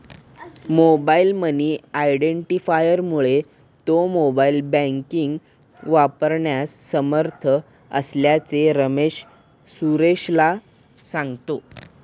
mobile money आयडेंटिफायरमुळे तो mobile banking वापरण्यास समर्थ असल्याचे रमेश सुरेशला सांगतो